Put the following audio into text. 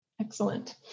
Excellent